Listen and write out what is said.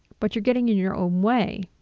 but you're getting in your own way.